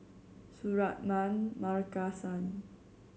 Suratman Markasan